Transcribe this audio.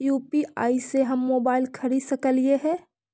UPI से हम mobile खरिद सकलिऐ है